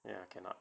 ya cannot